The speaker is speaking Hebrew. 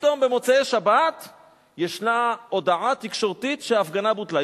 פתאום במוצאי שבת ישנה הודעה תקשורתית שההפגנה בוטלה.